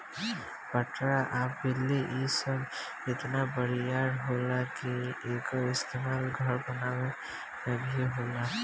पटरा आ बल्ली इ सब इतना बरियार होला कि एकर इस्तमाल घर बनावे मे भी होला